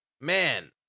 man